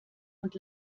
und